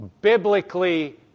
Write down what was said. biblically